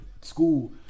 school